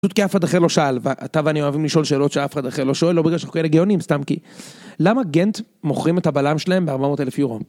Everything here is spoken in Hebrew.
פשוט כי אף אחד אחר לא שאל, ואתה ואני אוהבים לשאול שאלות שאף אחד אחר לא שואל, לא בגלל שאנחנו כאלה גאונים סתם כי... למה גנט מוכרים את הבלם שלהם ב-400,000 יורו?